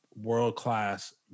world-class